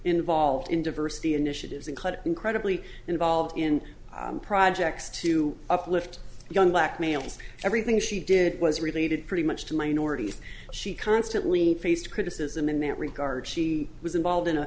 involved in diversity initiatives and cut incredibly involved in projects to uplift young black males everything she did was related pretty much to minorities she constantly faced criticism in that regard she was involved in a